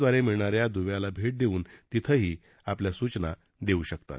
द्वारे मिळणाऱ्या द्व्याला भेट देऊन तिथंही आपल्या सूचना देऊ शकतात